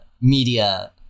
media